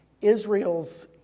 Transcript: Israel's